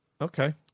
okay